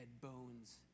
bones